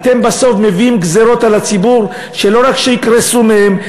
אתם בסוף מביאים גזירות על הציבור שלא רק שהוא יקרוס מהן,